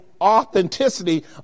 authenticity